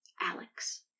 Alex